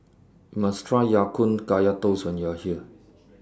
YOU must Try Ya Kun Kaya Toast when YOU Are here